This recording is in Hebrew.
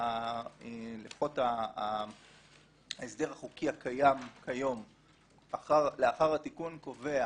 לפחות ההסדר החוקי הקיים כיום לאחר התיקון קובע